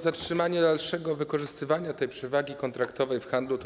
Zatrzymanie dalszego wykorzystywania przewagi kontraktowej w handlu